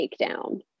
takedown